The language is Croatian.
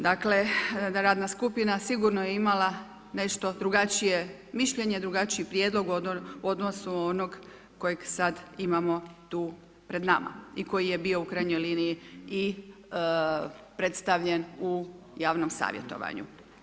Dakle, da radna skupina sigurno je imala nešto drugačije mišljenje, drugačiji prijedlog u odnosu na onog koji sad imamo tu pred nama i koji je bio u krajnjoj liniji i predstavljen u javnom savjetovanju.